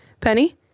Penny